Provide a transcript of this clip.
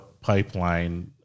pipeline